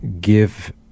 give